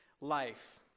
life